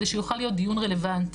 על מנת שיוכל להיות דיון רלוונטי.